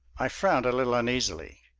i frowned a little uneasily.